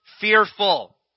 fearful